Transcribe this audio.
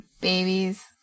babies